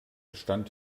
gestand